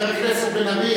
חבר הכנסת בן-ארי,